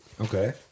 Okay